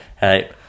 Hey